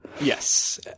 yes